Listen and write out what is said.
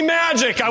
magic